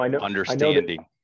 understanding